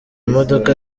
modoka